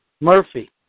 Murphy